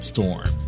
Storm